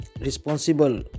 responsible